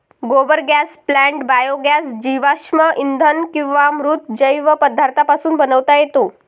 गोबर gas plant biogas जीवाश्म इंधन किंवा मृत जैव पदार्थांपासून बनवता येतो